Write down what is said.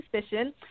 suspicion